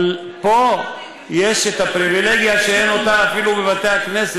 אבל פה יש את הפריבילגיה שאין אותה אפילו בבתי-הכנסת,